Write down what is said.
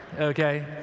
okay